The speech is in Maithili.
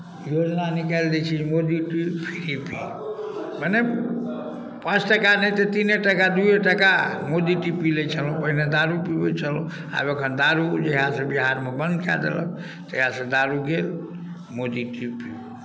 योजना निकालि दैत छियै मोदी टी फ्री पी मने पाँच टाका नहि तऽ तीने टका दुइए टाका मोदी टी पी लैत छलहुँ पहिने दारू पीबै छलहुँ आब एखन दारू जहियासँ बिहारमे बन्द कए देलक तहियासँ दारू गेल मोदी टी पियू